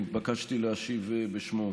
והתבקשתי להשיב בשמו.